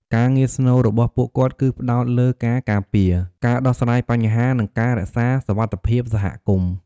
ការងារស្នូលរបស់ពួកគាត់គឺផ្តោតលើការការពារ ការដោះស្រាយបញ្ហា និងការរក្សាសុវត្ថិភាពសហគមន៍។